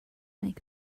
make